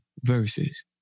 verses